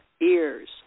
ears